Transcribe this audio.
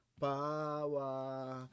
power